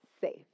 Safe